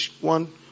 one